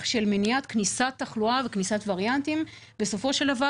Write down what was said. של מניעת כניסת תחלואה וכניסת וריאנטים בסופו של דבר